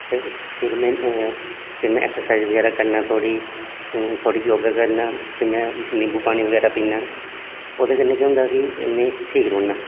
ते फिर में फिर में ऐक्सरसाइज बगैरा करना थोह्ड़ी थोह्ड़ी योग करनां फिर में निंबू पानी बगैरा पीन्नां ओह्दे कन्नै केह् होंदा कि में ठीक रौहन्ना